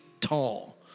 tall